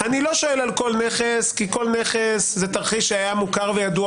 אני לא שואל על כל נכס כי כל נכס זה תרחיש שתמיד היה מוכר וידוע